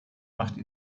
machte